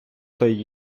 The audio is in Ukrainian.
той